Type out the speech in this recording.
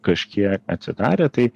kažkiek atsidarė tai